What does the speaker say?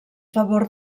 favor